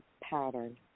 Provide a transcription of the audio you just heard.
pattern